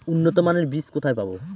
উন্নতমানের বীজ কোথায় পাব?